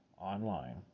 online